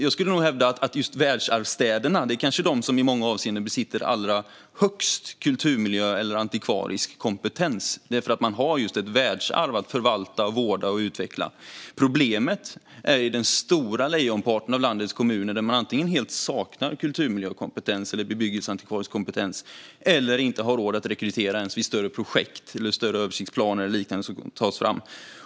Jag skulle nog hävda att just världsarvsstäderna i många avseenden besitter allra högst kulturmiljökompetens eller antikvarisk kompetens, just eftersom man har ett världsarv att förvalta, vårda och utveckla. Problemet finns i lejonparten av landets kommuner, där man antingen helt saknar kulturmiljökompetens eller bebyggelseantikvarisk kompetens eller inte har råd att rekrytera ens vid större projekt och när större översiktsplaner eller liknande tas fram.